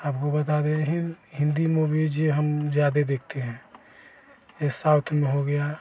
आपको बता दें हिन् हिन्दी मूवीज यह हम जादे देखते हैं ये साउथ में हो गया